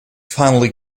finally